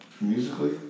musically